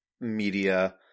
media